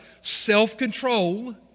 self-control